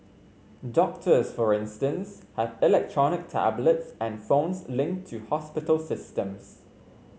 doctors for instance have electronic tablets and phones linked to hospital systems